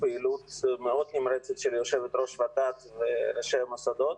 פעילות מאוד נמרצת של יושבת ראש ות"ת וראשי המוסדות,